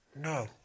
No